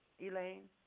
Elaine